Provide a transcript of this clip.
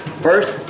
First